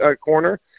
corner